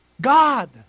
God